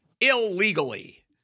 illegally